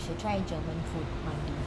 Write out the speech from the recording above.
should try german food on day